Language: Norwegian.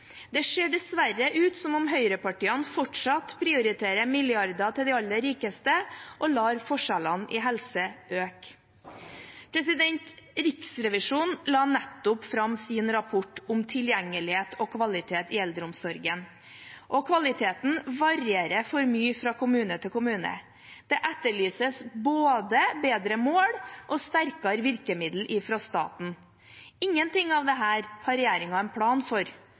Det ser dessverre ut som om høyrepartiene fortsatt prioriterer milliarder til de aller rikeste, og lar forskjellene i helse øke. Riksrevisjonen la nettopp fram sin rapport om tilgjengelighet og kvalitet i eldreomsorgen. Kvaliteten varierer for mye fra kommune til kommune. Det etterlyses både bedre mål og sterkere virkemiddel fra staten. Ingenting av dette har regjeringen en plan for.